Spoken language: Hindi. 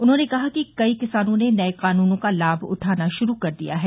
उन्होंने कहा कि कई किसानों ने नए कानूनों का लाभ उठाना शुरू कर दिया है